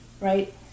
right